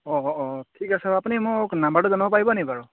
অঁ অঁ ঠিক আছে বাৰু আপুনি মোক নাম্বাৰটো জনাব পাৰিব নেকি বাৰু